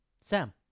Sam